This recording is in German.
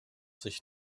sich